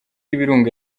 y’ibirunga